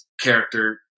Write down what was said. character